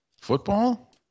Football